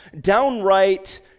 downright